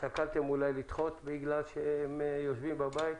שקלתם אולי לדחות בגלל שהם יושבים בבית?